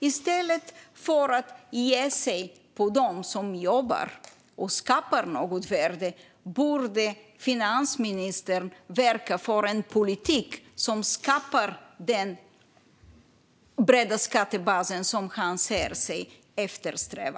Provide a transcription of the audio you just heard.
I stället för att ge sig på dem som jobbar och skapar värde borde finansministern verka för en politik som skapar den breda skattebas som han säger sig eftersträva.